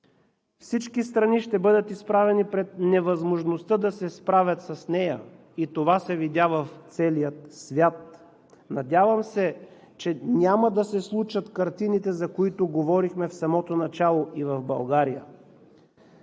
всички страни ще бъдат изправени пред невъзможността да се справят с нея, и това се видя в целия свят! Надявам се, че няма да се случат картините, за които говорихме в самото начало и в България.